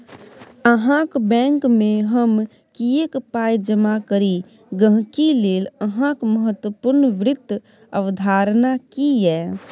अहाँक बैंकमे हम किएक पाय जमा करी गहिंकी लेल अहाँक महत्वपूर्ण वित्त अवधारणा की यै?